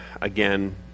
again